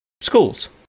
schools